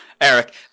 Eric